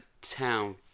town